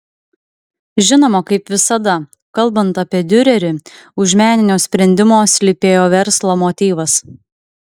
žinoma kaip visada kalbant apie diurerį už meninio sprendimo slypėjo verslo motyvas